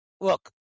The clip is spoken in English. Look